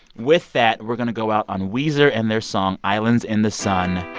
with that, we're going to go out on weezer and their song islands in the sun.